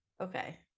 okay